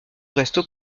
restent